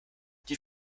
die